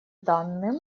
данным